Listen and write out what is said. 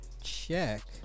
check